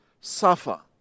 suffer